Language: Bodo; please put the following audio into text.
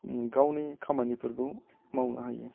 गावनि खामानिफोरखौ मावनो हायो